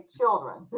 children